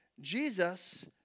Jesus